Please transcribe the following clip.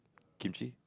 kimchi